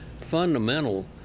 fundamental